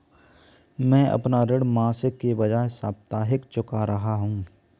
मैं अपना ऋण मासिक के बजाय साप्ताहिक चुका रहा हूँ